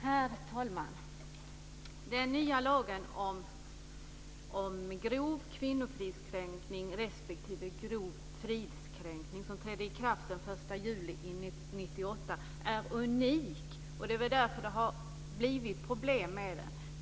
Herr talman! Den nya lagen om grov kvinnofridskränkning respektive grov fridskränkning, som trädde i kraft den 1 juli 1998, är unik. Det är nog därför som det har blivit problem med den.